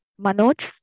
Manoj